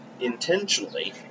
intentionally